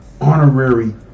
honorary